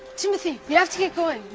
timothy, you have to get going.